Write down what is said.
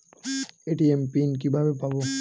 ATM pin কিভাবে পাবো?